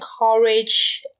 encourage